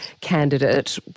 candidate